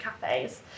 cafes